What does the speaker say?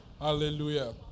Hallelujah